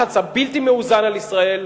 הלחץ הבלתי-מאוזן על ישראל,